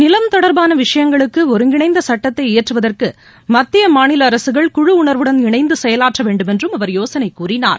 நிலம் தொடர்பான விஷயங்களுக்கு ஒருங்கிணைந்த சட்டத்தை இயற்றுவதற்கு மத்திய மாநில அரசுகள் குழு உணர்வுடன் இணைந்து செயலாற்ற வேண்டும் என்றும் அவர் யோசனை கூறினார்